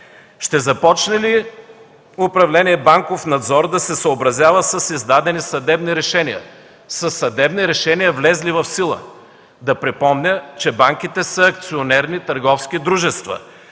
Ще започне ли управление „Банков надзор” да се съобразява с издадени съдебни решения, със съдебни решения, влезли в сила? Да припомня, че банките са акционерни търговски дружества.